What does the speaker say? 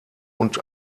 und